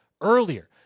earlier